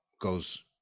goes